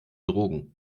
drogen